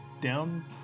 down